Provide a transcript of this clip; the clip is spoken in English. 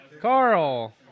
carl